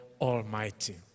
Almighty